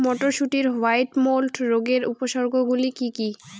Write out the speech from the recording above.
মটরশুটির white mould রোগের উপসর্গগুলি কী কী?